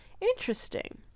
interesting